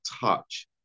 touch